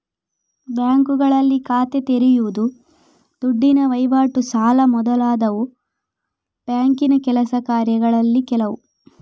ಬ್ಯಾಂಕುಗಳಲ್ಲಿ ಖಾತೆ ತೆರೆಯುದು, ದುಡ್ಡಿನ ವೈವಾಟು, ಸಾಲ ಮೊದಲಾದವು ಬ್ಯಾಂಕಿನ ಕೆಲಸ ಕಾರ್ಯಗಳಲ್ಲಿ ಕೆಲವು